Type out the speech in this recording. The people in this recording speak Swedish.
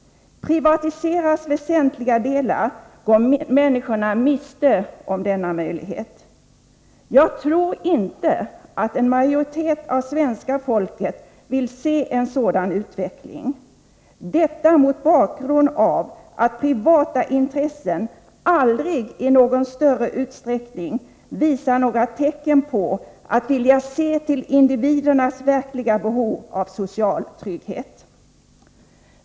Privatiseras väsentliga delar går människorna miste om denna möjlighet. Jag tror inte att en majoritet av svenska folket vill se en sådan utveckling. Detta mot bakgrund av att privata intressen aldrig i någon större utsträckning visar några tecken på att vilja se till individernas verkliga behov av social trygghet.